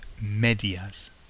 medias